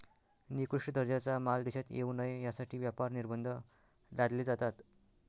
निकृष्ट दर्जाचा माल देशात येऊ नये यासाठी व्यापार निर्बंध लादले जातात